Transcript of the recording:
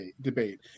Debate